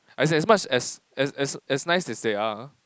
as in as much as as as as nice as they are